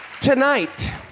Tonight